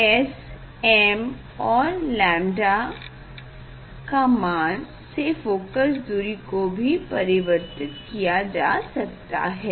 S m और lambda का मान से फोकस दूरी को भी परिवर्तित किया जा सकता है